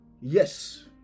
Yes